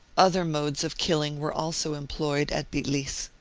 other modes of killing were also em ployed at bitlis.